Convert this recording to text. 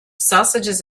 sausages